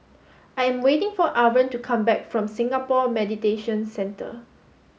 I am waiting for Irven to come back from Singapore Mediation Centre